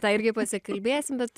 tą irgi pasikalbėsim bet